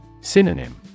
Synonym